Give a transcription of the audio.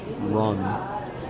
run